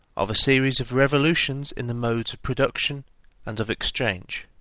of a series of revolutions in the modes of production and of exchange.